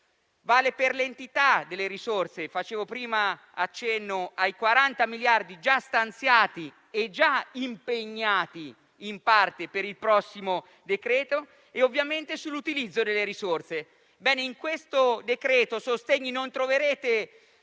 vale per l'entità delle risorse. Facevo prima accenno ai 40 miliardi già stanziati e già impegnati, in parte, per il prossimo decreto e, ovviamente, sull'utilizzo delle risorse. In questo decreto sostegni non troverete